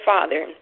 Father